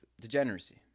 degeneracy